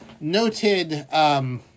noted